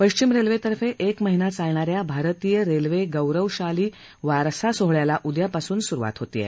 पश्चिम रेल्वेतर्फे एक महिना चालणा या भारतीय रेल्वे गौरवशाली वारसा सोहळ्याला उद्यापासून सुरुवात होणार आहे